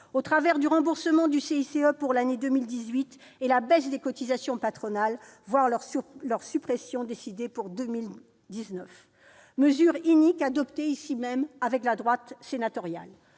contrepartie, le remboursement du CICE pour l'année 2018 et la baisse des cotisations patronales, voire leur suppression, décidée pour 2019 ; il s'agit là d'une mesure inique adoptée, ici même, avec la droite sénatoriale.